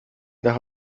nach